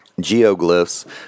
geoglyphs